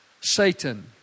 Satan